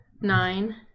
nine